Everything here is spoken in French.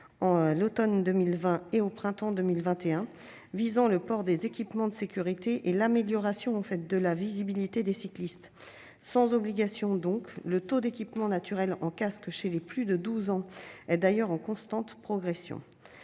l'automne 2020 et au printemps 2021, visant le port des équipements de sécurité et l'amélioration de la visibilité des cyclistes. Sans obligation, donc, le taux d'équipement naturel en casque chez les plus de 12 ans est en constante progression-